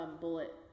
bullet